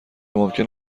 ممکن